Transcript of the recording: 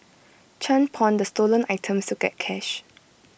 chan pawned the stolen items to get cash